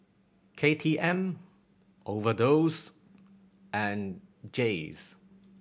K T M Overdose and Jays